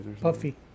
puffy